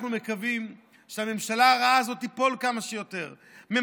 אנחנו מקווים שהממשלה הרעה הזאת תיפול כמה שיותר מהר,